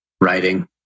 writing